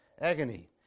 Agony